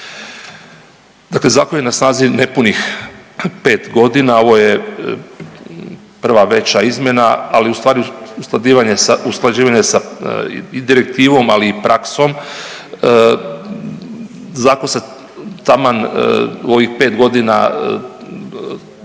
Dakle, zakon je na snazi nepunih 5 godina, ovo je prva veća izmjena ali ustvari usklađivanje sa, usklađivanje sa i direktivom, ali i praksom. Zakon se taman u ovih 5 godina,